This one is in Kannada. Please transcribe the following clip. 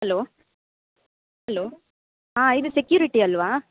ಅಲೋ ಅಲೋ ಹಾಂ ಇದು ಸೆಕ್ಯುರಿಟಿ ಅಲ್ಲವಾ